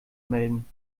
melden